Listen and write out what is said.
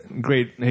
great